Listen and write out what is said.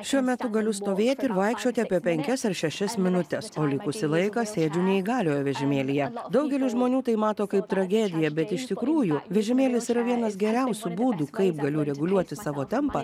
šiuo metu galiu stovėti ir vaikščioti apie penkias ar šešias minutes o likusį laiką sėdžiu neįgaliojo vežimėlyje daugelis žmonių tai mato kaip tragediją bet iš tikrųjų vežimėlis yra vienas geriausių būdų kaip galiu reguliuoti savo tempą